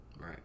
Right